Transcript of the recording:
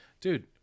dude